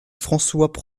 françois